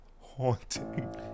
haunting